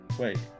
wait